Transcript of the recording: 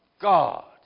God